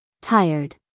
Tired